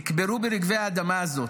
נקברו ברגבי האדמה הזאת: